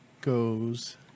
goes